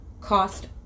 cost